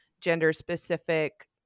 gender-specific